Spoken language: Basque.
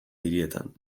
hirietan